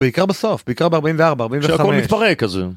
בעיקר בסוף, בעיקר בארבעים וארבע ארבעים וחמיש. שהכל מתפרק כזה.